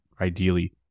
ideally